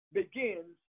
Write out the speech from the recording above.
begins